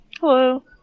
Hello